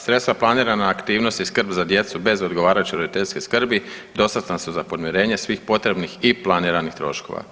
Sredstva planirana aktivnosti skrb za djecu bez odgovarajuće roditeljske skrbi dostatna su za podmirenje svih potrebnih i planiranih troškova.